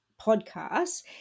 podcasts